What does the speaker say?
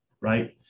right